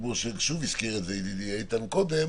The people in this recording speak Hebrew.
כמו שהזכיר ידידי איתן קודם,